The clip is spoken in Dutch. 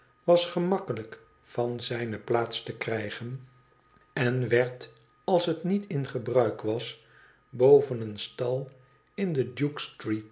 was gemakkelijk van zijne plaats te krijgen en werd als het niet m gebruik was boven een stal in de